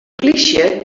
polysje